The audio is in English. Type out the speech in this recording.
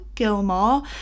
Gilmore